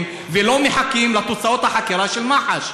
ולא מחכים לתוצאות החקירה של מח"ש.